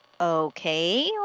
Okay